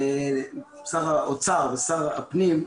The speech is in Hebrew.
שר האוצר ושר הפנים,